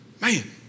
Man